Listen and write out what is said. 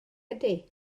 ydy